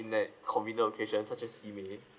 in a convenient location such as sin ming